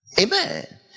amen